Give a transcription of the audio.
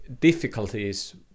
difficulties